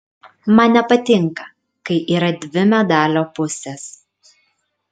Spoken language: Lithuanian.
man nepatinka kai yra dvi medalio pusės